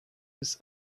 bis